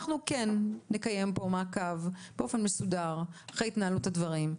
אנחנו כן נקיים פה מעקב באופן מסודר אחרי התנהלות הדברים.